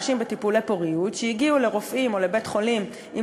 נשים בטיפולי פוריות שהגיעו לרופאים או לבית-חולים עם